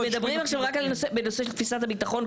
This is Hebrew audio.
מדברים עכשיו רק על נושא של תפיסת הביטחון.